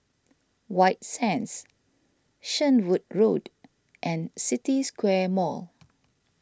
White Sands Shenvood Road and City Square Mall